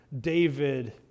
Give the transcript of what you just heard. David